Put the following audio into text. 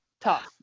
Tough